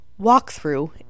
Walkthrough